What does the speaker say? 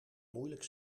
moeilijk